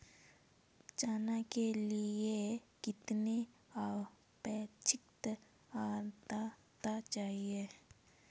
चना के लिए कितनी आपेक्षिक आद्रता चाहिए?